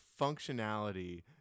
functionality